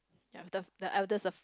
ya the the eldest of